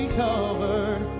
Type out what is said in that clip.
covered